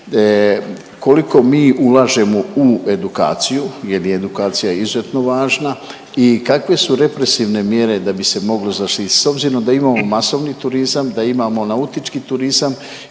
Koliko mi ulažemo u edukaciju jer edukacija je izuzetno važna i kakve su represivne mjere da bi se moglo zaštitit s obzirom da imamo masovni turizam, da imamo nautički turizam